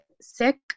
sick